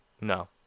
No